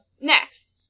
Next